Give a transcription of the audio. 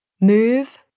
Move